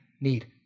need